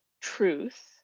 truth